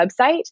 website